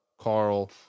Carl